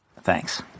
Thanks